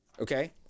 okay